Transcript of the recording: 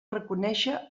reconèixer